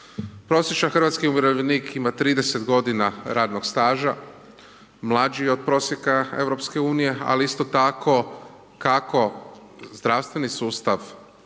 Prosječan hrvatski umirovljenik ima 30 godina radnog staža, mlađi je od prosjeka Europske unije, ali isto tako kako zdravstveni sustav